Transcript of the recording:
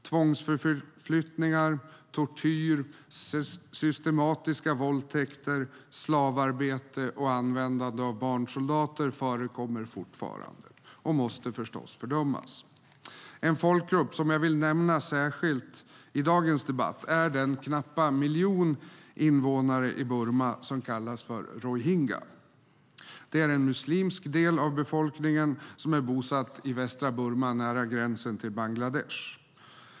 Tvångsförflyttningar, tortyr, systematiska våldtäkter, slavarbete och användande av barnsoldater förekommer fortfarande och måste förstås fördömas. En folkgrupp som jag vill nämna särskilt i dagens debatt är den knappa miljon invånare i Burma som kallas rohingya. Det är en muslimsk del av befolkningen som är bosatt i västra Burma nära gränsen till Bangladesh.